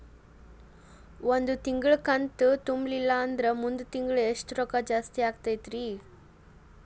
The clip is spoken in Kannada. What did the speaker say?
ಒಂದು ತಿಂಗಳಾ ಕಂತು ತುಂಬಲಿಲ್ಲಂದ್ರ ಮುಂದಿನ ತಿಂಗಳಾ ಎಷ್ಟ ರೊಕ್ಕ ಜಾಸ್ತಿ ಆಗತೈತ್ರಿ?